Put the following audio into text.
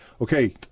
okay